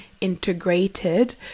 integrated